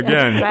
Again